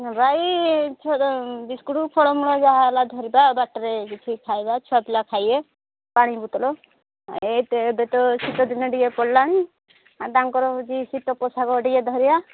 ନେବା ଏଇ ଛୁଆର ବିସ୍କୁଟ୍ ଫଳ ମୂଳ ଯାହା ହେଲା ଧରିବା ବାଟରେ କିଛି ଖାଇବା ଛୁଆପିଲା ଖାଇବେ ପାଣି ବୋତଲ ଏଇ ଏବେ ତ ଶୀତ ଦିନ ଟିକେ ପଡ଼ିଲାଣି ତାଙ୍କର ହେଉଛି ଶୀତ ପୋଷାକ ଟିକେ ଧରିବା